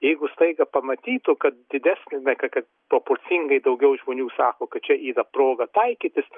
jeigu staiga pamatytų kad didesnė kad proporcingai daugiau žmonių sako kad čia yra proga taikytis